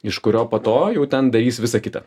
iš kurio po to jau ten darys visa kita